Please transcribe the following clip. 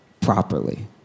properly